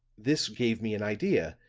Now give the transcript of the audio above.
this gave me an idea,